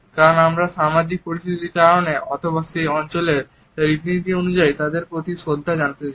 কারণ আমরা সামাজিক পরিস্থিতির কারণে অথবা সেই অঞ্চলের রীতিনীতি অনুযায়ী তার প্রতি শ্রদ্ধা জানাতে চাই